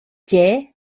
gie